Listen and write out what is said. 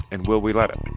and will we let it?